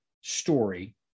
story